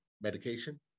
medication